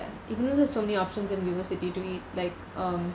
even though there's so many options in vivocity to eat like um